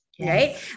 right